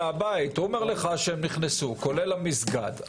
הוא אומר לך שהם נכנסו למסגד,